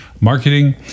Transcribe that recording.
Marketing